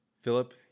Philip